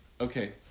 Okay